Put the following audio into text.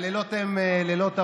הלילות הם לילות ארוכים.